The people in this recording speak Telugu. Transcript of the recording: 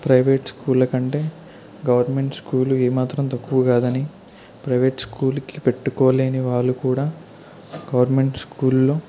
ప్రైవేట్ స్చూళ్ళకంటే గవర్నమెంట్ స్కూలు ఏ మాత్రం తక్కువ కాదని ప్రవేట్ స్కూల్కి పెట్టుకోలేని వాళ్ళు కూడా గవర్నమెంట్ స్కూల్లో